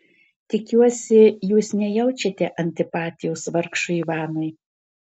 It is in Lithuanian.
tikiuosi jūs nejaučiate antipatijos vargšui ivanui